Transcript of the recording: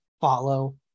follow